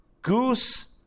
Goose